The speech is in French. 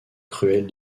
cruels